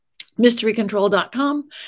mysterycontrol.com